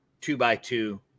two-by-two